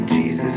Jesus